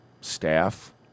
staff